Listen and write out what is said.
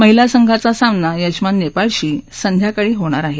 महिला संघाचा सामना यजमान नेपाळ बरोबर संध्याकाळी होणार आहे